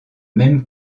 même